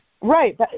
Right